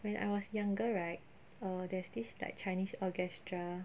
when I was younger right uh there's this like chinese orchestra